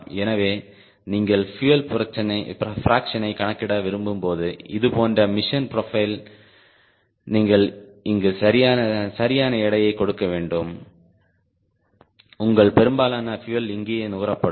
எனவே நீங்கள் பியூயல் பிராக்சனை கணக்கிட விரும்பும் போது இதுபோன்ற மிஷன் ப்ரொஃபைல் நீங்கள் இங்கு சரியான எடையைக் கொடுக்க வேண்டும் உங்கள் பெரும்பாலான பியூயல் இங்கேயே நுகரப்படும்